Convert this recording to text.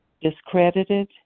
discredited